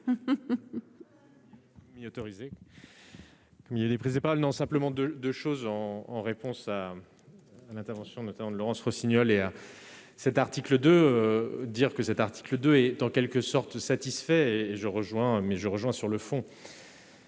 Miniaturisé, il y a des prises de parole non, simplement, de 2 choses, en en réponse à l'intervention notamment de Laurence Rossignol et à cet article de dire que cet article 2 est en quelque sorte, satisfait et je rejoins mais je rejoins sur le fond.